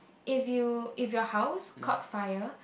if you if your house caught fire